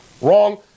Wrong